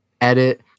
edit